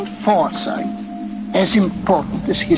and foresight as important as